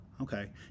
Okay